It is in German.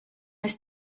ist